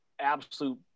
absolute